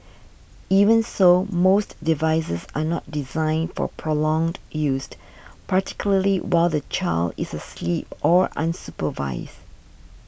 even so most devices are not designed for prolonged used particularly while the child is asleep or unsupervised